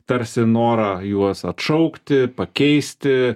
tarsi norą juos atšaukti pakeisti